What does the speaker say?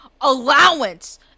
allowance